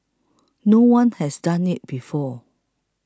no one has done it before